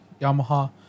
Yamaha